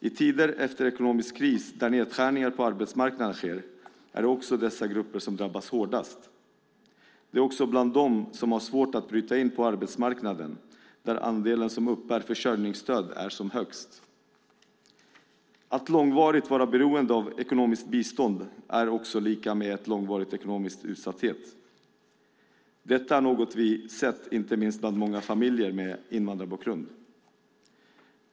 I tider efter ekonomisk kris, då nedskärningar på arbetsmarknaden sker, är det också dessa grupper som drabbas hårdast. Det är också bland dem som har svårt att bryta in på arbetsmarknaden som andelen som uppbär försörjningsstöd är som högst. Att långvarigt vara beroende av ekonomiskt bistånd är lika med en långvarig ekonomisk utsatthet. Det är något vi sett inte minst bland många familjer med invandrarbakgrund.